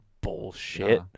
bullshit